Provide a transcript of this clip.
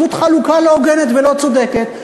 זאת חלוקה לא הוגנת ולא צודקת.